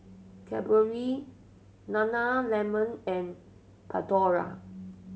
Cadbury Nana Lemon and Pandora